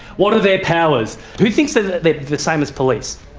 what are their powers? who thinks that they are the same as police?